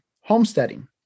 homesteading